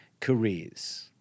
careers